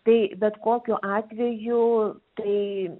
tai bet kokiu atveju tai